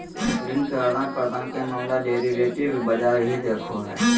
ऋण के आदान प्रदान के मामला डेरिवेटिव बाजार ही देखो हय